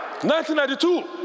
1992